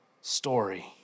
story